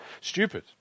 stupid